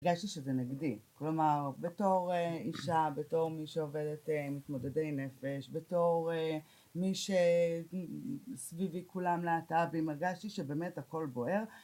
הרגשתי שזה נגדי, כלומר בתור אישה, בתור מי שעובדת מתמודדי נפש, בתור מי שסביבי כולם להט"בים והרגשתי שבאמת הכל בוער